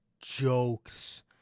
jokes